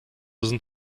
sind